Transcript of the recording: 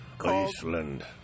Iceland